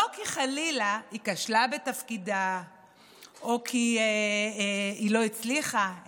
לא כי חלילה היא כשלה בתפקידה או כי היא לא הצליחה,